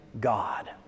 God